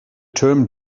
term